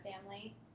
family